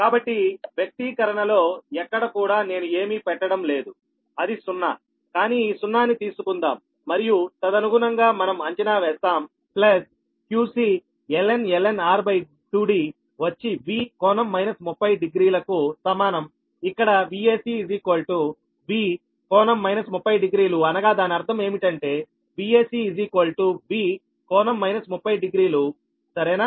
కాబట్టి వ్యక్తీకరణలో ఎక్కడా కూడా నేను ఏమి పెట్టడం లేదు అది 0కానీ ఈ సున్నా ని తీసుకుందాం మరియు తదనుగుణంగా మనం అంచనా వేస్తాం ప్లస్ qcln r2D వచ్చి V∟ 300 డిగ్రీ లకు సమానంఇక్కడ Vac V∟ 300డిగ్రీలు అనగా దాని అర్థం ఏమిటంటే Vac V∟ 300డిగ్రీలు సరేనా